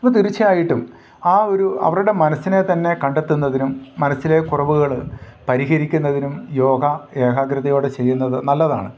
അപ്പം തീർച്ചയായിട്ടും ആ ഒരു അവരുടെ മനസ്സിനെ തന്നെ കണ്ടെത്തുന്നതിനും മനസ്സിലെ കുറവുകൾ പരിഹരിക്കുന്നതിനും യോഗ ഏകാഗ്രതയോടെ ചെയ്യുന്നത് നല്ലതാണ്